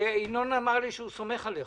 ינון אזולאי אמר לי שהוא סומך עליך.